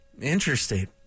Interesting